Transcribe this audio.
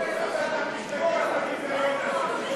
צריך לסיים.